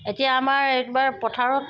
এতিয়া আমাৰ এইবাৰ পথাৰত